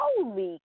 Holy